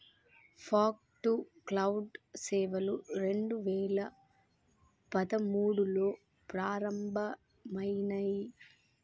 fog to cloud సేవలు రెండు వేల పదమూడులో ప్రారంభమయినాయి